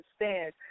understand